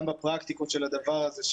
גם בפרקטיקות של הדבר הזה,